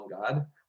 God